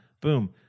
boom